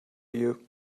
you